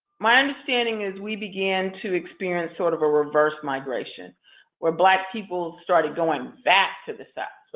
my understanding is we begin to experience sort of a reverse migration where black people started going back to the south.